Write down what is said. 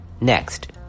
next